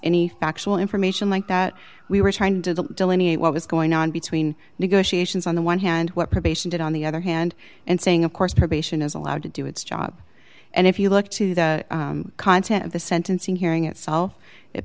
any factual information like that we were trying to delineate what was going on between negotiations on the one hand what probation did on the other hand and saying of course probation is allowed to do its job and if you look to the content of the sentencing hearing itself it